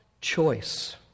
choice